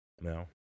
No